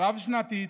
רב-שנתית,